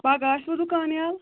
پَگاہ آسوٕ دُکان یلہٕ